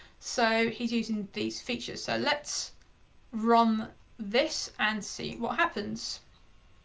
so he's using these features, so let's run this and see what happens.